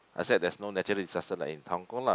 except there's no natural disaster like in Hong-Kong lah